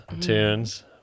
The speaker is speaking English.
tunes